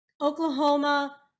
oklahoma